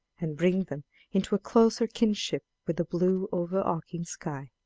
and bring them into a closer kinship with the blue over-arching sky.